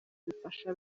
bifasha